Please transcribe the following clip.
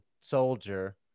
soldier